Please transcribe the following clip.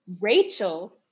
rachel